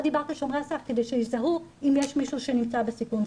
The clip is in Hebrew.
את דיברת על שומרי הסף כדי שיזהו אם יש מישהו שנמצא בסיכון.